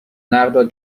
نقل